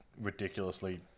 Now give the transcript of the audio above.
ridiculously